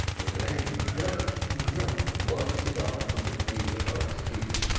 with an angry jerk he knocked the glowing cigar from between the poet's teeth.